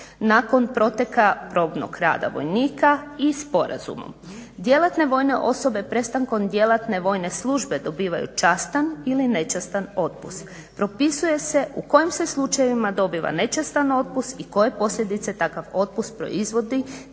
nakon proteka probnog rada vojnika i sporazumom. Djelatne vojne osobe prestankom djelatne vojne službe dobivaju častan ili nečastan otpust. Propisuje se u kojim se slučajevima dobiva nečastan otpust i koje posljedice takav otpust proizvodi,